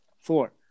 four